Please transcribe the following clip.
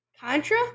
Contra